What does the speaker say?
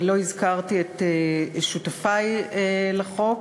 לא הזכרתי את שותפי לחוק,